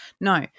No